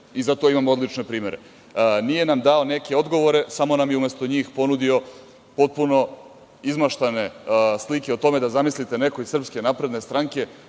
i zato imam odlične primere. Nije nam dao neki odgovore, samo nam je umesto njih ponudio potpuno izmaštane slike o tome da zamislite neko iz Srpske Napredne Stranke